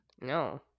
No